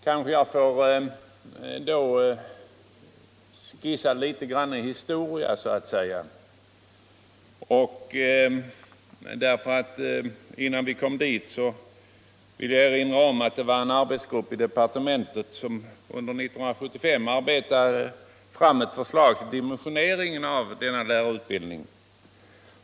Låt mig då berätta litet grand om förhistorien. Jag vill erinra om att det fanns en arbetsgrupp i departementet som under 1975 arbetade fram ett förslag till dimensionering av lärarutbildningen.